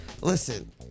Listen